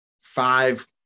Five